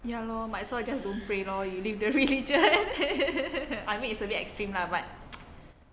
ya lor might as well just don't pray lor you leave the religion I mean it's a bit extreme lah but